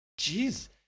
Jeez